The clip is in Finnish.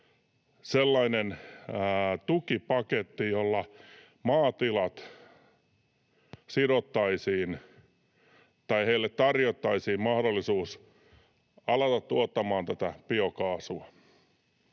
sellainen tukipaketti, jolla maatiloille tarjottaisiin mahdollisuus alkaa tuottamaan tätä biokaasua.